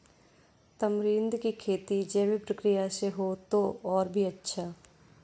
tamarind की खेती जैविक प्रक्रिया से हो तो और भी अच्छा